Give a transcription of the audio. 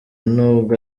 n’ubwo